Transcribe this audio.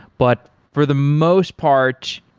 but for the most part,